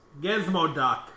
Gizmoduck